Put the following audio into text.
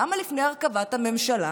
למה לפני הרכבת הממשלה?